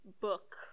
book